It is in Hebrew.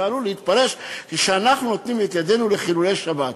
זה עלול להתפרש שאנחנו נותנים את ידנו לחילולי שבת.